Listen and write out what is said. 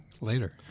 later